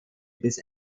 bis